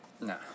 No